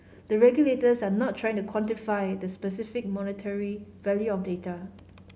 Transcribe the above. the regulators are not trying to quantify the specific monetary value of data